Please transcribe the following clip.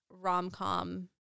rom-com